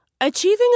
Achieving